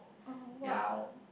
oh !wow!